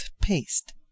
paste